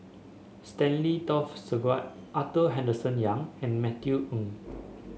Stanley Toft Stewart Arthur Henderson Young and Matthew Ngui